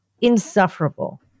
insufferable